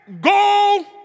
Go